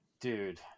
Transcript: Dude